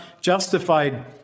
justified